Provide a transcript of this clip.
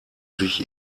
sich